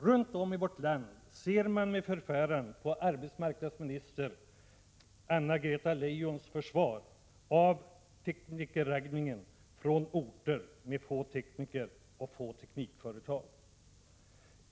Runt om i vårt land ser man med förfäran på arbetsmarknadsminister Anna-Greta Leijons försvar av teknikerraggningen från orter med få tekniker och få teknikföretag.